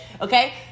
okay